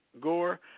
Gore